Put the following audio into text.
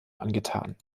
angetan